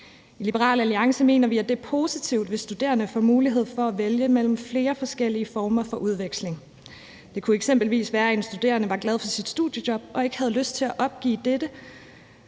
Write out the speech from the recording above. I Liberal Alliance mener vi, det er positivt, hvis studerende får mulighed for at vælge mellem flere forskellige former for udveksling. Det kunne eksempelvis være, at en studerende var glad for sit studiejob og ikke havde lyst til at opgive dette